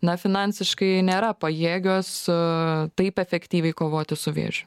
na finansiškai nėra pajėgios taip efektyviai kovoti su vėžiu